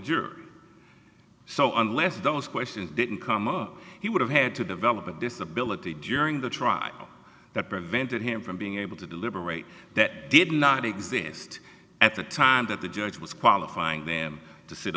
jury so unless those questions didn't come up he would have had to develop a disability during the trial that prevented him from being able to deliberate that did not exist at the time that the judge was qualifying them to sit